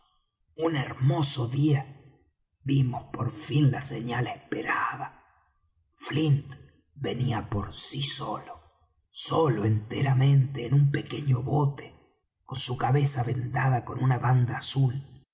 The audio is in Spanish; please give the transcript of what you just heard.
un hermoso día vimos por fin la señal esperada flint venía por sí solo solo enteramente en su pequeño bote con su cabeza vendada con una banda azul